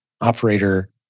operator